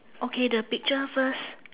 okay the picture first